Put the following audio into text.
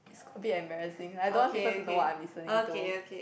it's gonna be embarrassing like I don't want people to know what I'm listening to